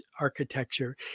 architecture